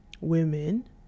Women